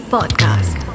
Podcast